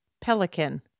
pelican